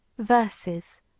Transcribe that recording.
Verses